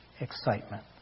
excitement